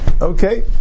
Okay